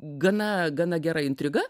gana gana gera intriga